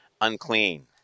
unclean